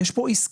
יש פה עסקה,